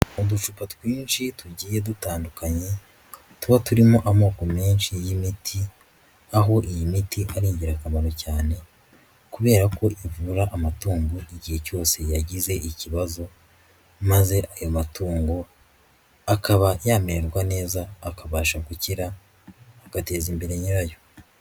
Uducupa twinshi tugiye dutandukanye tuba turimo amoko menshi y'imiti aho iyi miti ari ingirakamaro cyane kubera ko ivura amatungo igihe cyose yagize ikibazo maze ayo matungo akaba yamererwa neza, akabasha gukira agateza imbere nyirayo.